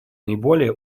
наиболее